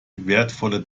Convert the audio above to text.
wertvolle